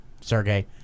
sergey